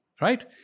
right